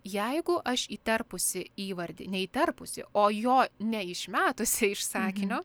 jeigu aš įterpusi įvardį neįterpusi o jo neišmetusi iš sakinio